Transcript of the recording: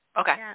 Okay